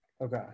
Okay